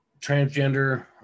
transgender